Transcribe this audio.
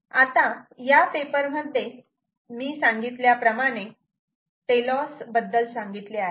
आता या पेपर मध्येच मी सांगितल्याप्रमाणे टेलोस बद्दल सांगितले आहे